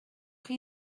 chi